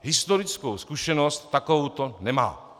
Historickou zkušenost takovouto nemá.